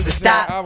stop